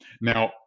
Now